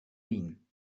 wien